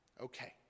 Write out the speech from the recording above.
okay